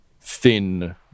thin